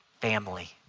family